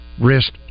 wrist